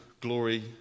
glory